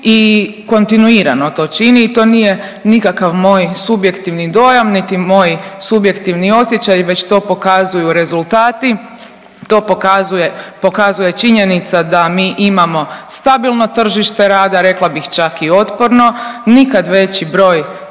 i kontinuirano to čini i to nije nikakav moj subjektivni dojam, niti moj subjektivni osjećaj već to pokazuju rezultati. To pokazuje činjenica da mi imamo stabilno tržište rada, rekla bih čak i otporno, nikad već broj